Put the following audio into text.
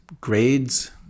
grades